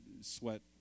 sweat